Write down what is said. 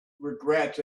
regrets